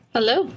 Hello